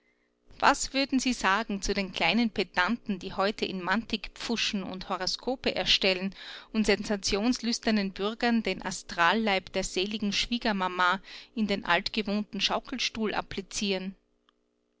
was würden sie sagen zu den kleinen pedanten die heute in mantik pfuschen und horoskope stellen und sensationslüsternen bürgern den astralleib der seligen schwiegermama in den altgewohnten schaukelstuhl applizieren